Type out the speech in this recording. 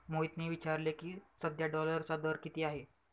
मोहितने विचारले की, सध्या डॉलरचा दर किती आहे?